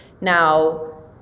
Now